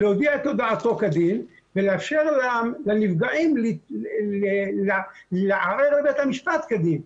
להודיע את הודעתו כדין ולאפשר לנפגעים לערער לבית המשפט כדין,